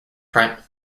print